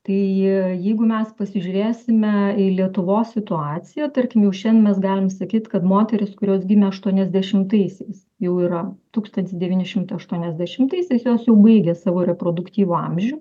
tai jeigu mes pasižiūrėsime į lietuvos situaciją tarkim jau šian mes galim sakyt kad moterys kurios gimė aštuoniasdešimtaisiais jau yra tūkstantis devyni šimtai aštuoniasdešimtaisiais jos jau baigia savo reproduktyvų amžių